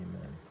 Amen